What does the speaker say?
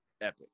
Epic